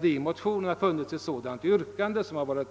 Det har alltså inte varit